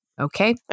Okay